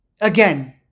again